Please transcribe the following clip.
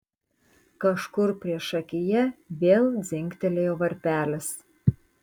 kažkur priešakyje vėl dzingtelėjo varpelis